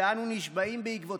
ואנו נשבעים בעקבותיך: